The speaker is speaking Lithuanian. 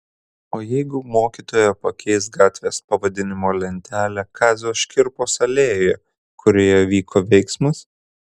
o jeigu mokytoja pakeis gatvės pavadinimo lentelę kazio škirpos alėjoje kurioje vyko veiksmas